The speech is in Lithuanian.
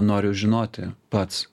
noriu žinoti pats